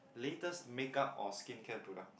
latest makeup or skincare products